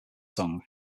song